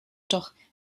doch